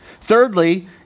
Thirdly